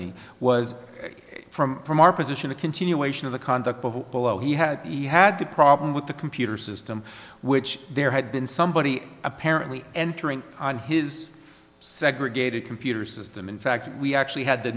whitney was a from from our position a continuation of the conduct of polo he had he had the problem with the computer system which there had been somebody apparently entering on his segregated computer system in fact we actually had the